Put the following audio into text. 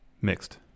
Mixed